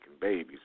babies